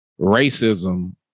Racism